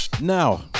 Now